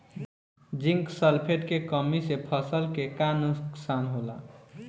Zinc sulphate के कमी से फसल के का नुकसान होला?